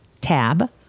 tab